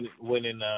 winning